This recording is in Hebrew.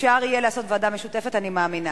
אפשר יהיה לעשות ועדה משותפת, אני מאמינה.